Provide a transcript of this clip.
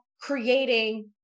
creating